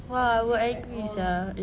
!wah! I will angry sia